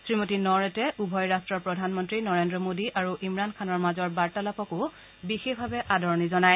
শ্ৰীমতী নৌৰেটে উভয় ৰাষ্টৰ প্ৰধানমন্ত্ৰী নৰেন্দ্ৰ মোদী আৰু ইমৰাণ খানৰ মাজৰ বাৰ্তালাপকো বিশেষভাৱে আদৰণি জনায়